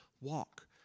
walk